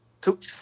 took